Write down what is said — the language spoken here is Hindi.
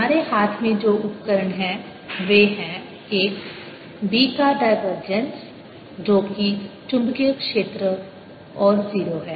हमारे हाथ में जो उपकरण हैं वे हैं एक B का डायवर्जेंस जो कि चुंबकीय क्षेत्र और 0 है